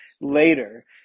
later